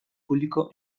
público